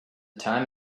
time